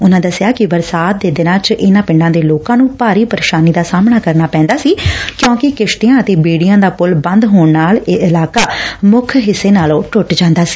ਉਨੂੰ ਦਸਿਆ ਕਿ ਬਰਸਾਤ ਦੇ ਦਿਨਾਂ ਚ ਇਨੂੰ ਪਿੰਡਾਂ ਦੇ ਲੋਕਾਂ ਨੂੰ ਭਾਰੀ ਪ੍ਰੇਸ਼ਾਨੀ ਦਾ ਸਾਹਮਣਾ ਕਰਨਾ ਪੈਂਦਾ ਸੀ ਕਿਉਂਕਿ ਕਿਸਤੀਆਂ ਅਤੇ ਬੇੜੀਆਂ ਦਾ ਪੁਲ ਬੰਦ ਹੋਣ ਨਾਲ ਇਹ ਇਲਾਕਾ ਮੁੱਖ ਹਿੱਸੇ ਨਾਲੋਂ ਟੁੱਟ ਜਾਂਦੇ ਸੀ